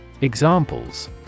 Examples